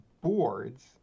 boards